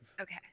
okay